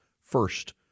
first